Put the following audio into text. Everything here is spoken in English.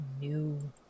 new